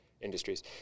industries